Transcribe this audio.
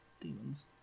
demons